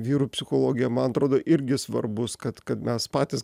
vyrų psichologiją man atrodo irgi svarbus kad kad mes patys